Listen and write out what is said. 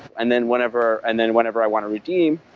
and then whenever and then whenever i want to redeem,